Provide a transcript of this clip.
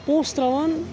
پونٛسہٕ ترٛاوان